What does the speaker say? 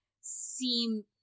seem